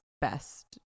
best